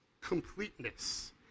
completeness